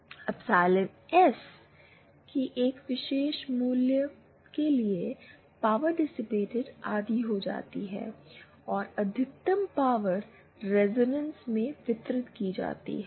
epsilon s के एक विशेष मूल्य के लिए पावर डिसिपेटेड आधी हो जाएगी और अधिकतम पावर रिजोनेंस में वितरित की जाती है